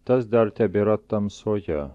tas dar tebėra tamsoje